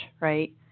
right